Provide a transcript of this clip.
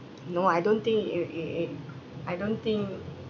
no I don't think you i~ eh I don't think